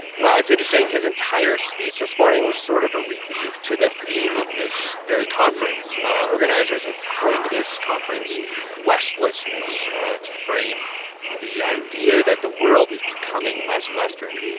well, it's interesting. his entire speech this morning was sort of a rebuke to the theme of this very conference. organizers have coined to this conference westlessness to frame the idea that the world is becoming less western.